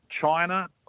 China